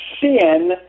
sin